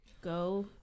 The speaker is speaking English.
go